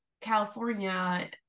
California